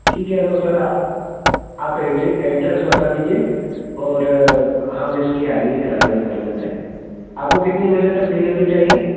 ठीक है तो सर आप आप एड्रे एड्रेस बता दीजिए और हम इसके आगे की कार्रवाई कर लेते हैं आपको कितने बजे तक डिलेवरी चाहिए